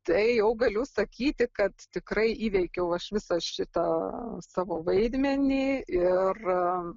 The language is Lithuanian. tai jau galiu sakyti kad tikrai įveikiau aš visą šitą savo vaidmenį ir